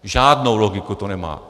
Žádnou logiku to nemá.